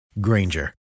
Granger